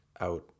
out